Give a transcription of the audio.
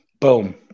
Boom